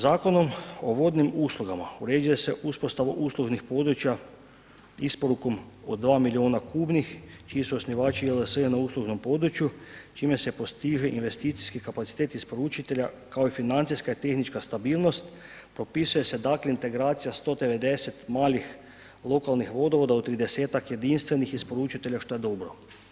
Zakonom o vodnim uslugama uređuje se uspostava uslužnih područja isporukom od 2 milijuna kubnih čiji su osnivači JLS na uslužnom području čime se postiže investicijski kapacitet isporučitelja kao i financijska i tehnička stabilnost, propisuje da se dakle integracija 190 malih lokalnih vodovoda od 30-ak jedinstvenih isporučitelja šta je dobro.